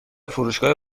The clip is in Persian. فروشگاه